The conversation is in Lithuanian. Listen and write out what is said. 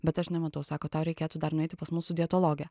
bet aš nematau sako tau reikėtų dar nueiti pas mūsų dietologę